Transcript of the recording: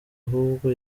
ahubwo